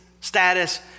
status